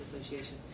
association